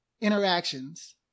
interactions